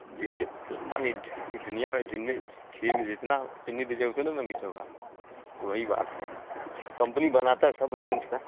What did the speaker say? जी जब तो मान लीजिए ये दुनिया में खीर में जितना चीनी दीजिएगा उतने न मीठा होगा तो वही बात है कम्पनी बनाता सब रेंज का